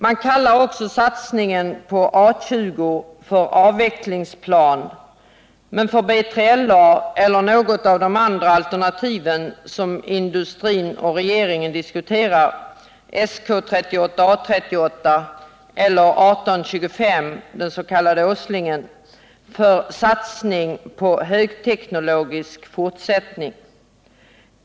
Man kallar också satsningen på A20 för en avvecklingsplan, men satsningen på B3LA eller något av de andra alternativ som industrin och regeringen diskuterar, SK38/A38 eller 1825 — den s.k. Åslingen, för satsning på en högteknologisk fortsättning.